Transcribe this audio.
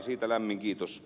siitä lämmin kiitos